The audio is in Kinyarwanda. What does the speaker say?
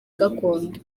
gakondo